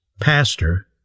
pastor